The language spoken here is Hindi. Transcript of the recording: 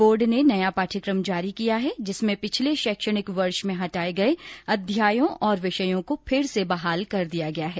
बोर्ड ने नया पाठ्यक्रम जारी किया है जिसमें पिछले शैक्षणिक वर्ष में हटाए गए अध्यायों और विषयों को फिर से बहाल कर दिया गया है